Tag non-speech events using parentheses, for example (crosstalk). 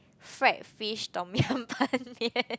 fried fish tom-yam (laughs) Ban-Mian